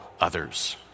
others